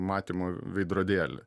matymo veidrodėlį